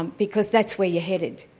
um because that's where you're headed.